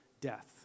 death